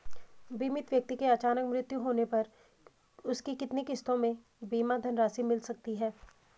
बीमित व्यक्ति के अचानक मृत्यु होने पर उसकी कितनी किश्तों में बीमा धनराशि मिल सकती है?